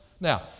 Now